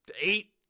eight